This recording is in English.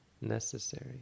necessary